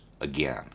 again